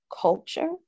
culture